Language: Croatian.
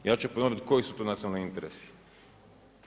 Ja ću ponoviti koji su to nacionalni interesi.